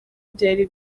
byari